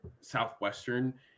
southwestern